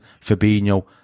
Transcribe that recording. Fabinho